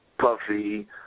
Puffy